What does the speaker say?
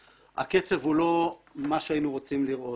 הקצב הוא לא מה שהיינו רוצים לראות.